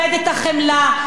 את הצניעות,